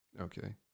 Okay